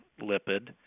lipid